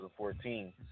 2014